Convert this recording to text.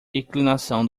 inclinação